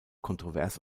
kontrovers